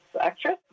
actress